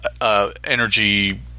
energy